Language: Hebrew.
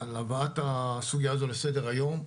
על הבאת הסוגיה הזו לסדר היום.